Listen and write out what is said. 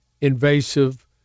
invasive